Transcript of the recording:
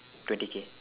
twenty k